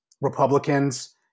Republicans